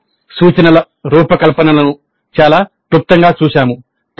మేము సూచనల రూపకల్పనను చాలా క్లుప్తంగా చూశాము